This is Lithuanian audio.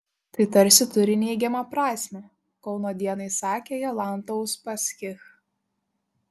tai tarsi turi neigiamą prasmę kauno dienai sakė jolanta uspaskich